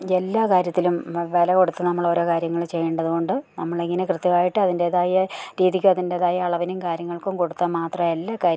എല്ലാ കാര്യത്തിലും വില കൊടുത്തു നമ്മളോരോ കാര്യങ്ങൾ ചെയ്യേണ്ടതു കൊണ്ട് നമ്മളിങ്ങനെ കൃത്യമായിട്ടതിൻറ്റേതായ രീതിക്കു അതിൻറ്റേതായ അളവിനും കാര്യങ്ങൾക്കും കൊടുത്താൽ മാത്രമേ എല്ലാ കാര്യ